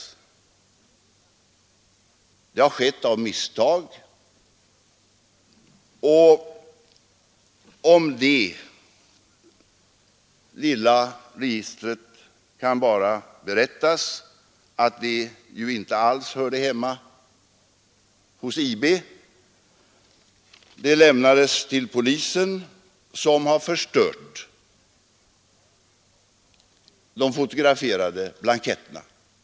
Det har skett av misstag, och om det lilla registret kan bara berättas att det ju inte alls hörde hemma hos IB — det lämnades till polisen, som har förstört materialet över de fotograferade blanketterna.